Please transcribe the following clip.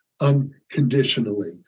unconditionally